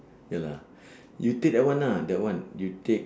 ya lah you take that one ah that one you take